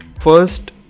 first